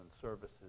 services